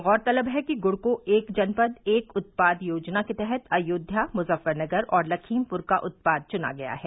गौरतलब है कि गुड़ को एक जनपद एक उत्पाद योजना के तहत अयोध्या मुजफ्फरनगर और लखीमपुर का उत्पाद चुना गया है